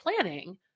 planning